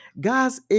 God's